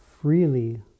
freely